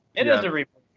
it is a rebirth.